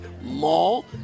Mall